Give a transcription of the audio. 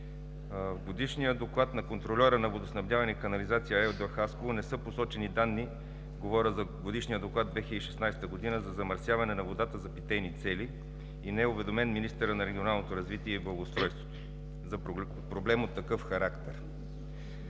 В Годишния доклад на контрольора на „Водоснабдяване и канализация“ ЕООД – Хасково не са посочени данни – говоря за Годишния доклад 2016 г., за замърсяване на водата за питейни цели и не е уведомен министърът на регионалното развитие и благоустройството за проблем от такъв характер.